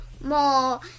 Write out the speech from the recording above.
more